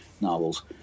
novels